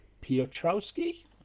Piotrowski